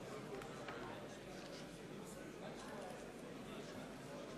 (קורא בשמות חברי הכנסת) בנימין נתניהו